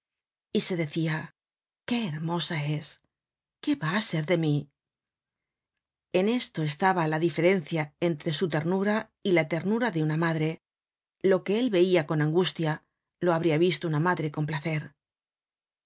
y se decia qué hermosa es qué va á ser de mi en esto estaba la diferencia entre su ternura y la ternura de una madre lo que él veia con angustia lo habria visto una madre con placer